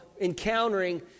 encountering